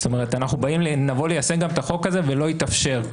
זאת אומרת, נבוא ליישם גם את החוק הזה ולא יתאפשר.